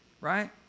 right